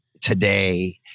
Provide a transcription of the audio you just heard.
today